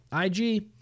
IG